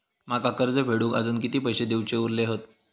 माका कर्ज फेडूक आजुन किती पैशे देऊचे उरले हत?